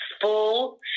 full